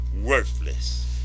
worthless